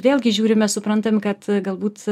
vėlgi žiūrime suprantam kad galbūt